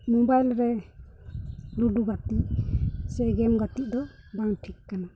mobile ᱨᱮ ᱞᱩᱰᱩ ᱜᱟᱛᱮᱜ ᱥᱮ ᱜᱮᱢ ᱜᱟᱛᱮᱜ ᱫᱚ ᱵᱟᱝ ᱴᱷᱤᱠ ᱠᱟᱱᱟ